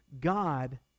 God